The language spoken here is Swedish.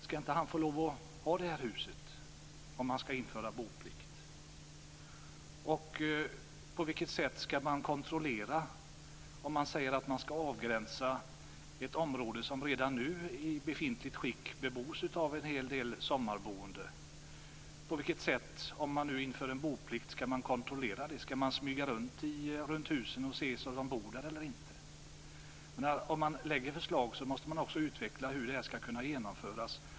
Ska inte han få lov att ha det huset om man ska införa boplikt? På vilket sätt ska man kontrollera? Man säger att man ska avgränsa ett område som redan nu, i befintligt skick, bebos av en hel del sommarboende. På vilket sätt ska man, om man nu inför en boplikt, kontrollera det här? Ska man smyga runt bland husen och se om folk bor där eller inte? Lägger man förslag måste man också utveckla hur de ska kunna genomföras.